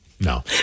No